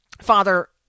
father